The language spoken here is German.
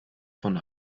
von